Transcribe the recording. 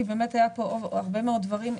כי באמת היו פה הרבה מאוד דברים.